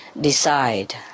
decide